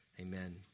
Amen